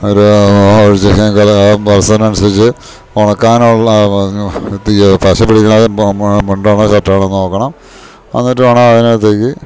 ഒരു പശനെ അനുസരിച്ച് ഒണക്കാനുള്ള തി പശ പിടിക്കണത് മുണ്ടാണോ ഷർട്ടാണോ നോക്കണം അന്ന്ട്ട് വേണം അതിനാത്തേക്ക്